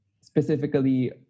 specifically